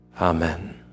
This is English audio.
Amen